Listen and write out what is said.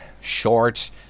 short